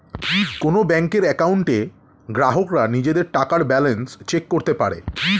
কোন ব্যাংকের অ্যাকাউন্টে গ্রাহকরা নিজেদের টাকার ব্যালান্স চেক করতে পারে